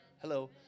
hello